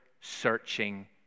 searching